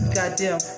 goddamn